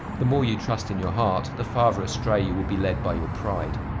the more you trust in your heart, the farther astray you will be lead by your pride.